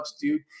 dude